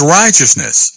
righteousness